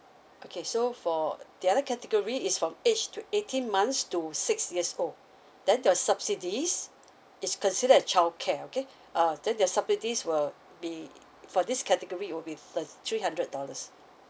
okay so for uh the other category is from age to eighteen months to six years old then the subsidies it's considered as childcare okay uh then the subsidies will be for this category will be the three hundred dollars